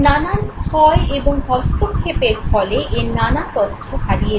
নানান ক্ষয় এবং হস্তক্ষেপের ফলে এর নানা তথ্য হারিয়ে যায়